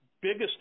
biggest